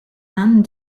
inde